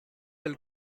elle